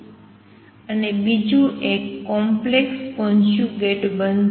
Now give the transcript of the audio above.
અને બીજુ એક કોમ્પ્લેક્ષ કોંજ્યુગેટ બનશે